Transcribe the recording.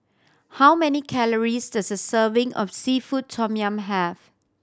how many calories does a serving of seafood tom yum have